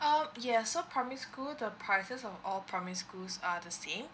um yes so primary school the prices of all primary schools are the same